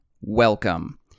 welcome